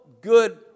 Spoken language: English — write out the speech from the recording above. good